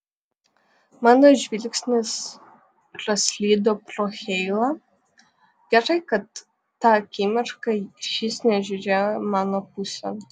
mano žvilgsnis praslydo pro heilą gerai kad tą akimirką šis nežiūrėjo mano pusėn